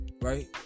Right